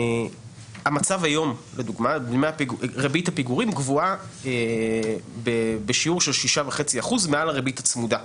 במצב היום ריבית הפיגורים גבוהה בשיעור של 6.5% מעל הריבית הצמודה.